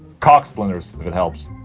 cock splinters, if it helps.